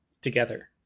together